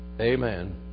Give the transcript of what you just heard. Amen